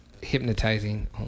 hypnotizing